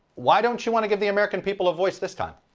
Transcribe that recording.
why dont you want to give the american people a voice this time?